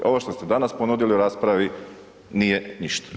Ovo što se danas ponudili u raspravi, nije ništa.